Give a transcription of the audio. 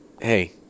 hey